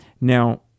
Now